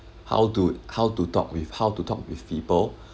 how to how to talk with how to talk with people